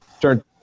turn